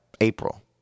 April